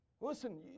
Listen